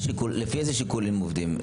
לפי איזה שיקולים עובדים?